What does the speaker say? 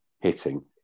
hitting